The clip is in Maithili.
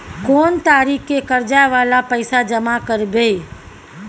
कोन तारीख के कर्जा वाला पैसा जमा करबे?